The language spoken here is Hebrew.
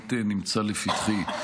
באמת נמצא לפתחי.